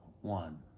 one